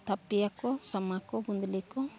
ᱛᱷᱟᱹᱯᱤᱭᱟᱠᱚ ᱥᱟᱢᱟ ᱠᱚ ᱜᱩᱫᱽᱞᱤ ᱠᱚ